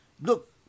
Look